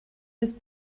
des